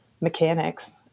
mechanics